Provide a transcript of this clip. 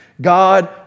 God